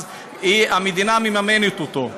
אז המדינה מממנת אותו.